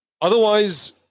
Otherwise